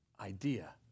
idea